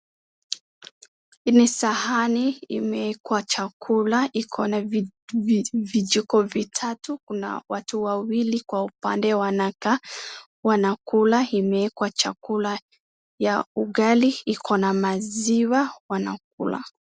Ile sahani imeekwa chakula ikona vijiko vitatu kuna watu wawili kwa upande wanakaa wanakula. Imeekwa chakula ya ugali ikona maziwa wanakula.